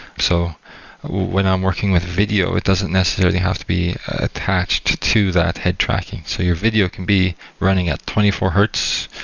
so when i'm working with video, it doesn't necessarily have to be attached to that head-tracking. so your video can be running at twenty four hertz,